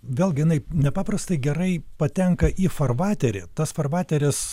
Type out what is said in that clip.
vėlgi jinai nepaprastai gerai patenka į farvaterį tas farvateris